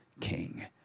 king